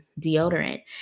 deodorant